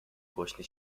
głośny